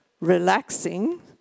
relaxing